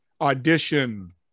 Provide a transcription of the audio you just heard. Audition